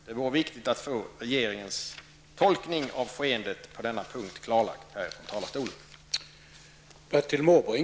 Det vore viktigt att få regeringens tolkning av skeendet på denna punkt klarlagd från talarstolen.